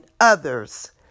others